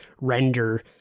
render